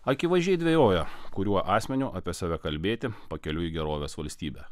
akivaizdžiai dvejojo kuriuo asmeniu apie save kalbėti pakeliui į gerovės valstybę